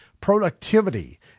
productivity